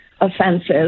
offenses